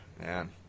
man